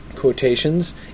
Quotations